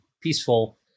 peaceful